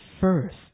first